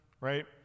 right